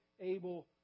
able